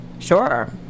Sure